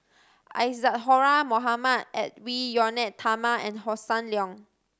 Isadhora Mohamed Edwy Lyonet Talma and Hossan Leong